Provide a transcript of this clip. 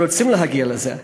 כשרוצים להגיע לזה.